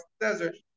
desert